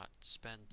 spend